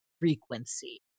frequency